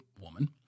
woman